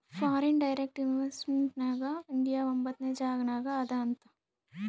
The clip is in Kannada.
ಫಾರಿನ್ ಡೈರೆಕ್ಟ್ ಇನ್ವೆಸ್ಟ್ಮೆಂಟ್ ನಾಗ್ ಇಂಡಿಯಾ ಒಂಬತ್ನೆ ಜಾಗನಾಗ್ ಅದಾ ಅಂತ್